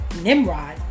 Nimrod